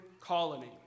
colony